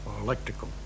electrical